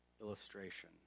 illustration